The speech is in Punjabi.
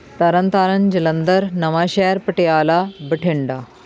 ਤਰਨ ਤਾਰਨ ਜਲੰਧਰ ਨਵਾਂਸ਼ਹਿਰ ਪਟਿਆਲਾ ਬਠਿੰਡਾ